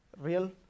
real